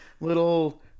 little